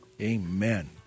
Amen